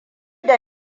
da